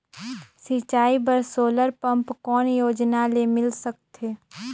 सिंचाई बर solar pump कौन योजना ले मिल सकथे?